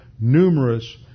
numerous